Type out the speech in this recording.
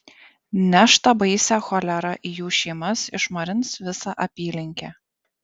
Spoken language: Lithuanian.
neš tą baisią cholerą į jų šeimas išmarins visą apylinkę